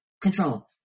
control